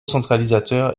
centralisateur